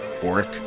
Boric